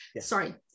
sorry